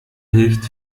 hilft